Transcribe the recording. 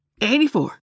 84